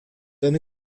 eine